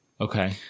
Okay